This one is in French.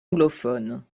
anglophones